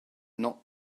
not